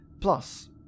Plus